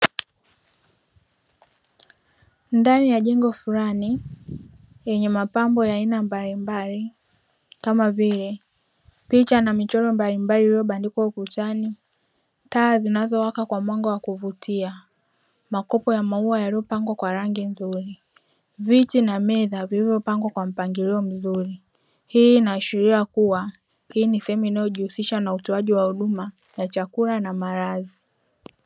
Ndani ya jengo fulani lenye mapambo ya aina mbalimbali kama vile picha na michoro mbalimbali iliyobandikwa ukutani, taa zinazowaka kwa mwanga wa kuvutia, makopo ya maua yaliyopangwa kwa rangi nzuri, viti na meza vilivyopangwa kwa mpangilio mzuri; Hii inaashiria kuwa hii ni sehemu inayojihusisha na utoaji wa huduma, chakula na malazi.